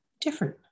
different